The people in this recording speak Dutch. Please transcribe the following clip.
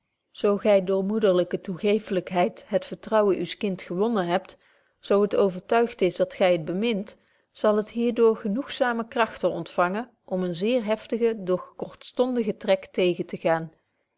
zo gy door moederlyke toegevenheid het vertrouwen uws kinds gewonnen hebt zo het overtuigt is dat gy het bemint zal het hier door genoegzame kragten ontvangen om eene zeer heftige doch kortstondige trek tegen te gaan